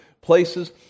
places